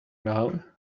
now